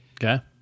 Okay